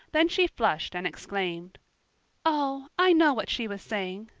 then she flushed and exclaimed oh, i know what she was saying.